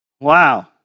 Wow